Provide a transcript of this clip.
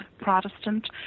Protestant